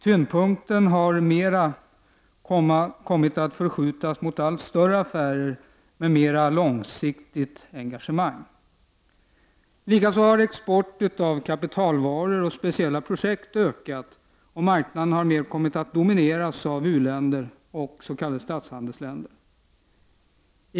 Tyngdpunkten i verksamheten har förskjutits mot allt större affärer med mer långsiktigt engagemang. Likaså har export av kapitalvaror och speciella projekt ökat, och marknaden har mer kommit att domineras av u-länder och s.k. statshandelsländer.